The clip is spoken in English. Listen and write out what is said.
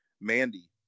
Mandy